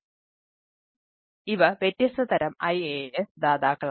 അതിനാൽ ഇവ വ്യത്യസ്ത തരം IaaS ദാതാക്കളാണ്